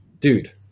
dude